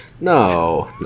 No